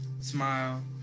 smile